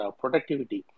productivity